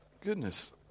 goodness